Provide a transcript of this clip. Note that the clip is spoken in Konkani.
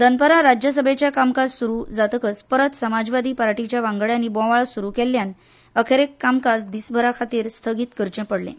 दनपारां राज्यसभेचें कामकाज सुरू जातकच परत समाजवादी पार्टीच्या वांगड्यांनी बोवाळ सुरू केल्ल्यान अखेरेक कामकाज दीसभरा खातीर स्थगीत करचें पडलें